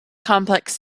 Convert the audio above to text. complex